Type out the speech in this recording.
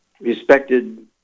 respected